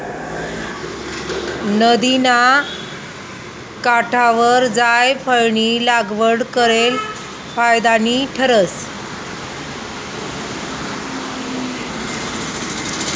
नदिना काठवर जायफयनी लागवड करेल फायदानी ठरस